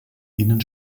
ihnen